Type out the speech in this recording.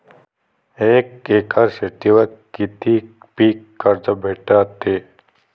एक एकर शेतीवर किती पीक कर्ज भेटते?